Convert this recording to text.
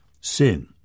sin